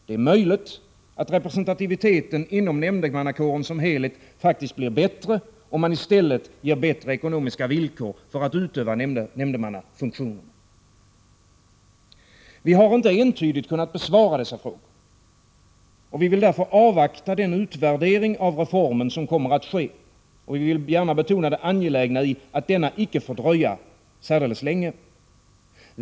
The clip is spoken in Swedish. Det är möjligt att representativiteten inom nämndemannakåren som helhet faktiskt blir bättre om man i stället ger bättre ekonomiska villkor för att utöva nämndemannafunktionen. Vi har inte entydigt kunnat besvara dessa frågor. Vi vill därför avvakta den utvärdering av reformen som kommer att ske. Vi vill gärna betona det angelägna i att denna icke får dröja särdeles länge.